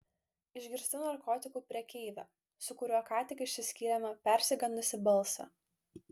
išgirstu narkotikų prekeivio su kuriuo ką tik išsiskyrėme persigandusį balsą